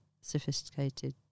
sophisticated